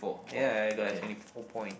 ya I I got like twenty four point